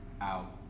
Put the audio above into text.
out